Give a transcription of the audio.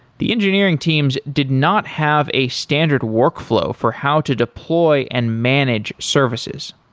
the engineering teams did not have a standard workflow for how to deploy and manage services.